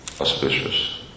auspicious